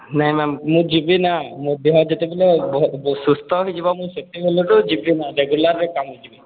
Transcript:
ନାଇଁ ମ୍ୟାମ୍ ମୁଁ ଯିବି ନା ମୋ ଦେହ ଯେତେବେଳେ ସୁସ୍ଥ ହେଇଯିବ ମୁଁ ସେତେବେଳେ ଯିବି ମ୍ୟାମ୍ ରେଗୁଲାର୍ରେ କାମକୁ ଯିବି